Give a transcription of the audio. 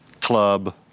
Club